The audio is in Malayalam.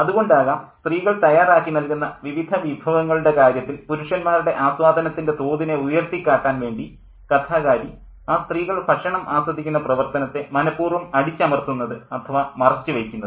അതുകൊണ്ടാകാം സ്ത്രീകൾ തയ്യാറാക്കി നൽകുന്ന വിവിധ വിഭവങ്ങളുടെ കാര്യത്തിൽ പുരുഷന്മാരുടെ ആസ്വാദനത്തിൻ്റെ തോതിനെ ഉയർത്തിക്കാട്ടാൻ വേണ്ടി കഥാകാരി ആ സ്ത്രീകൾ ഭക്ഷണം ആസ്വദിക്കുന്ന പ്രവർത്തനത്തെ മനഃപൂർവ്വം അടിച്ചമർത്തുന്നത് അഥവാ മറച്ചു വയ്ക്കുന്നത്